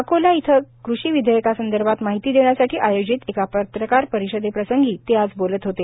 अकोला येथे कृषी विधेयका संदर्भात माहिती देण्यासाठी आयोजित एक पत्रकार परिषदेप्रसंगी ते आज बोलत होते